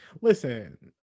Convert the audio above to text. Listen